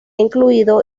incluido